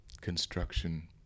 construction